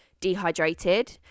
dehydrated